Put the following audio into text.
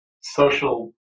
social